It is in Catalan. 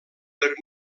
per